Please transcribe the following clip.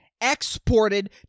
exported